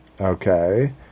Okay